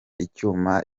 icyuma